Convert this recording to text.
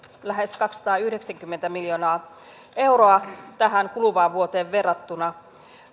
lähes kaksisataayhdeksänkymmentä miljoonaa euroa tähän kuluvaan vuoteen verrattuna